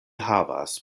havas